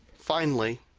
finally,